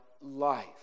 life